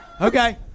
Okay